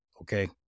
Okay